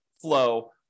flow